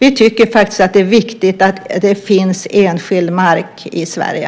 Vi tycker faktiskt att det är viktigt att det finns enskild mark i Sverige.